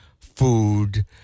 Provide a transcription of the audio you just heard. food